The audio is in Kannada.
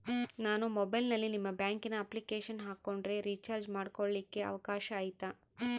ನಾನು ಮೊಬೈಲಿನಲ್ಲಿ ನಿಮ್ಮ ಬ್ಯಾಂಕಿನ ಅಪ್ಲಿಕೇಶನ್ ಹಾಕೊಂಡ್ರೆ ರೇಚಾರ್ಜ್ ಮಾಡ್ಕೊಳಿಕ್ಕೇ ಅವಕಾಶ ಐತಾ?